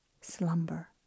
slumber